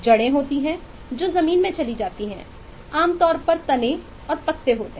जड़ें होती हैं जो जमीन में चली जाती हैं आमतौर पर तने और पत्ते होते हैं